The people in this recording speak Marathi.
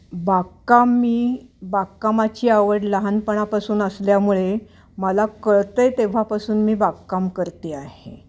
बागकाम मी बागकामाची आवड लहानपणापासून असल्यामुळे मला कळत आहे तेव्हापासून मी बागकाम करते आहे